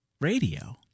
radio